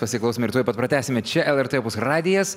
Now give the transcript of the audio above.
pasiklausom ir tuoj pat pratęsime čia lrt opus radijas